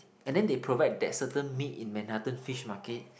and then they provide that certain meat in Manhattan Fish Market